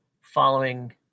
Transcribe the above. following